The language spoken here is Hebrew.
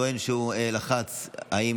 מוקדם בוועדה שתקבע ועדת הכנסת נתקבלה.